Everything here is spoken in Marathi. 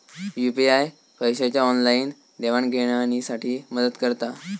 यू.पी.आय पैशाच्या ऑनलाईन देवाणघेवाणी साठी मदत करता